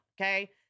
Okay